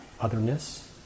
otherness